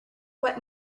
what